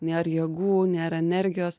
nėr jėgų nėr energijos